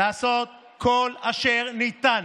לעשות כל אשר ניתן